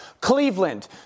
Cleveland